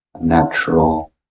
natural